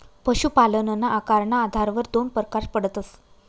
पशुपालनना आकारना आधारवर दोन परकार पडतस